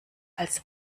als